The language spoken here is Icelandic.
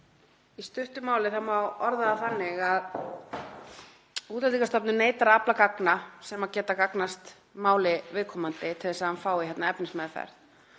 Í stuttu máli má orða það þannig að Útlendingastofnun neitar að afla gagna sem geta gagnast máli viðkomandi til þess að hann fái efnismeðferð